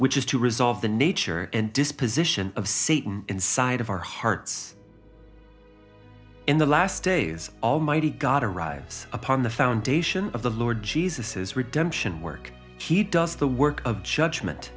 which is to resolve the nature and disposition of satan inside of our hearts in the last days almighty god arrives upon the foundation of the lord jesus is redemption work he does the work of judgment